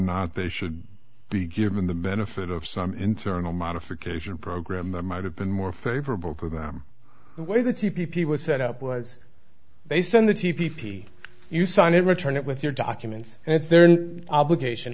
not they should be given the benefit of some internal modification program that might have been more favorable to them the way the t p was set up was based on the t p you sign it return it with your documents and it's their obligation